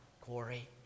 Corey